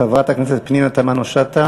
חברת הכנסת פנינה תמנו-שטה.